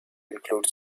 include